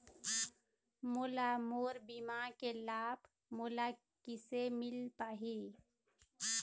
मोला मोर बीमा के लाभ मोला किसे मिल पाही?